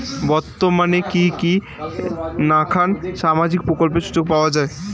বর্তমানে কি কি নাখান সামাজিক প্রকল্পের সুযোগ পাওয়া যায়?